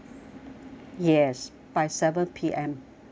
yes by seven P_M mm